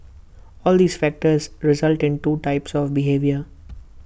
all these factors result in two types of behaviour